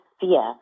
fear